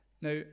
Now